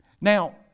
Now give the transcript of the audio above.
Now